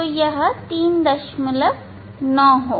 यह 39 होगा